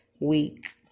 week